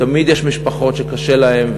תמיד יש משפחות שקשה להן,